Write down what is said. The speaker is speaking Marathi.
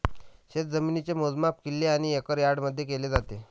शेतजमिनीचे मोजमाप किल्ले आणि एकर यार्डमध्ये केले जाते